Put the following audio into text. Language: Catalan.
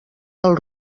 del